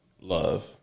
Love